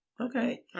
Okay